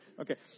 Okay